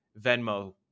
Venmo